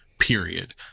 period